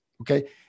Okay